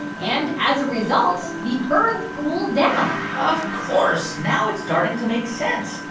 and as a result, the earth cooled down of course. now it's starting to make sense.